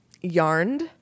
Yarned